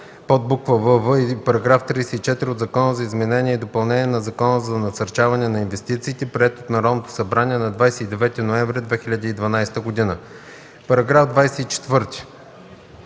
подбуква „вв” и § 34 от Закона за изменение и допълнение на Закона за насърчаване на инвестициите, приет от Народното събрание на 29 ноември 2012 г. Параграф 24